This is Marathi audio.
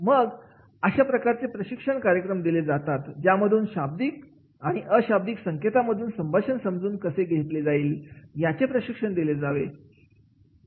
मग अशा प्रकारचे प्रशिक्षण कार्यक्रम दिले जातात ज्यामधून शाब्दिक आणि अशाब्दिक संकेता मधून संभाषण समजून कसे घेतले जाईल याचे प्रशिक्षण दिले जावे